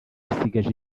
asigaje